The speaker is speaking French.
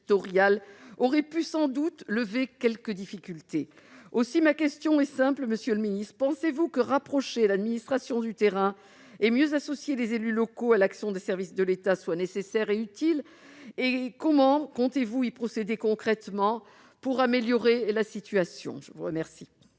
aurait pu sans doute lever quelques difficultés. Aussi, monsieur le ministre, ma question est simple : pensez-vous que rapprocher l'administration du terrain et mieux associer les élus locaux à l'action des services de l'État soit nécessaire et utile ? Comment comptez-vous procéder concrètement pour améliorer la situation ? La parole